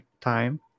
time